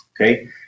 Okay